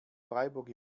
freiburg